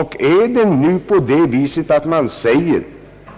Och är det nu på det viset att man säger